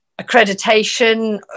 accreditation